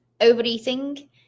overeating